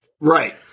Right